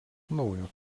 naujo